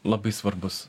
labai svarbus